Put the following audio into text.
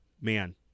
man